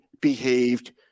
behaved